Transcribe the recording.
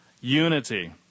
unity